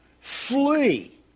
flee